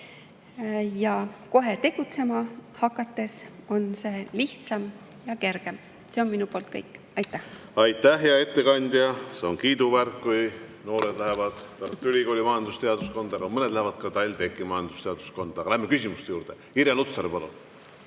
ja kohe tegutsema hakates on see lihtsam ja kergem. See on minu poolt kõik. Aitäh! Aitäh, hea ettekandja! See on kiiduväärt, kui noored lähevad Tartu Ülikooli majandusteaduskonda, aga mõned lähevad ka TalTechi majandusteaduskonda. Läheme küsimuste juurde. Irja Lutsar, palun!